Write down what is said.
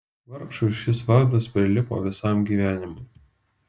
vargšui šis vardas prilipo visam gyvenimui